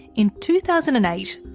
in two thousand and eight,